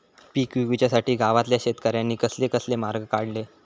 पीक विकुच्यासाठी गावातल्या शेतकऱ्यांनी कसले कसले मार्ग काढले?